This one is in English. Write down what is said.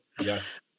Yes